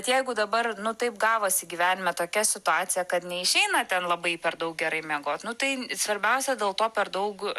tai jeigu dabar nu taip gavosi gyvenime tokia situacija kad neišeina ten labai per daug gerai miegot nu tai svarbiausia dėl to per daug